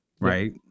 right